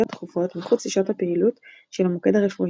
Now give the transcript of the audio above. דחופות מחוץ לשעות הפעילות של המוקד הרפואי,